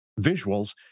visuals